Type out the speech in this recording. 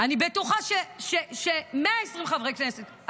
אני בטוחה ש-120 חברי כנסת,